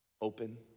open